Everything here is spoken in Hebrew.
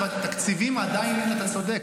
אתה צודק,